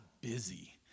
busy